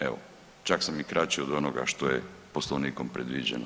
Evo čak sam i kraći od onoga što je poslovnikom predviđeno.